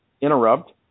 interrupt